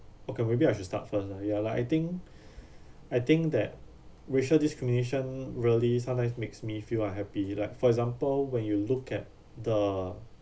okay maybe I should start first lah ya lah I think I think that racial discrimination really sometimes makes me feel unhappy like for example when you look at the